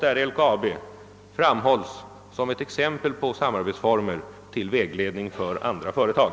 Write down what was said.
Där framhålls LKAB som exempel på samarbetsformer till vägledning för andra företag.